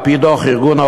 על-פי דוח ה-OECD,